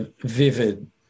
vivid